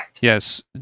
Yes